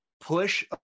push